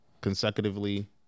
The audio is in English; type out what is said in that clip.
consecutively